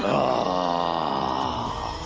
ah!